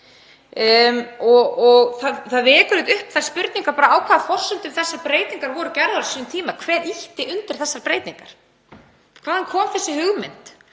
Það vekur upp þær spurningar á hvaða forsendum þessar breytingar voru gerðar á sínum tíma og hver ýtti undir þessar breytingar. Hvaðan kom þessi hugmynd